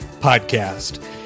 Podcast